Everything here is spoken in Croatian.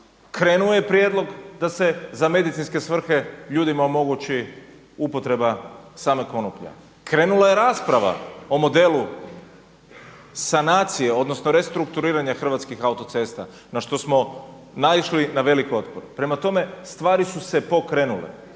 krenuo je prijedlog da se za medicinske svrhe ljudima omogući upotreba same konoplje, krenula je rasprava o modelu sanacije, odnosno restrukturiranja Hrvatskih autocesta na što smo naišli na velik otpor. Prema tome stvari su se pokrenule.